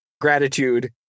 gratitude